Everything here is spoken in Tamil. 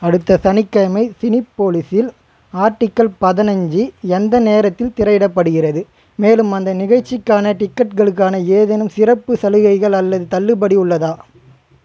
அடுத்த சனிக்கிழமை சினிபோலிஸில் ஆர்டிக்கள் பதினஞ்சு எந்த நேரத்தில் திரையிடப்படுகிறது மேலும் அந்த நிகழ்ச்சிக்கான டிக்கெட்களுக்கான ஏதேனும் சிறப்பு சலுகைகள் அல்லது தள்ளுபடி உள்ளதா